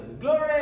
Glory